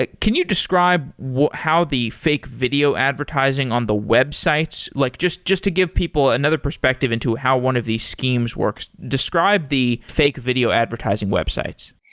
ah can you describe how the fake video advertising on the websites? like just just to give people another perspective into how one of the schemes works. describe the fake video advertising websites.